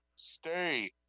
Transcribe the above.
Stay